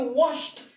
washed